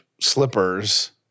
slippers